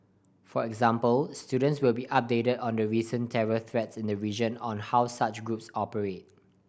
for example students will be updated on the recent terror threats in the region and how such groups operate